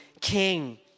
king